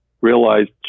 realized